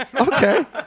Okay